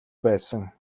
байсан